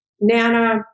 Nana